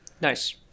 Nice